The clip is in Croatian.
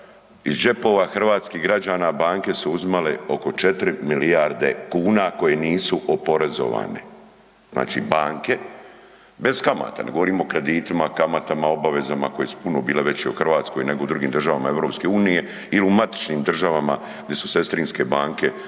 iz džepova hrvatskih građana banke su uzimale oko 4 milijarde kuna koje nisu oporezovane, znači banke, bez kamata, ne govorimo o kreditima, kamatama, obavezama koje su puno bile veće u Hrvatskoj nego u drugim državama EU ili u matičnim državama gdje su sestrinske banke u RH.